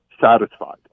satisfied